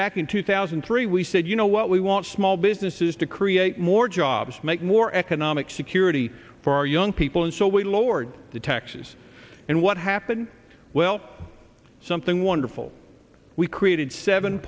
back in two thousand three we said you know what we want small businesses to create more jobs make more economic security for our young people and so we lowered the taxes and what happened well something wonderful we created seven